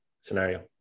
scenario